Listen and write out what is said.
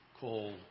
call